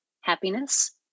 happiness